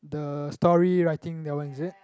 the story writing that one is it